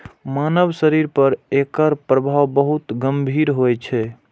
मानव शरीर पर एकर प्रभाव बहुत गंभीर होइ छै